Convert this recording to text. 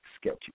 sketchy